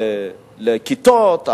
לכיתות,